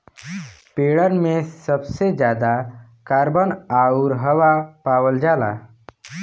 पेड़न में सबसे जादा कार्बन आउर हवा पावल जाला